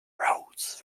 roads